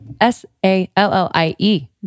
S-A-L-L-I-E